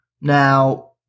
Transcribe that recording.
Now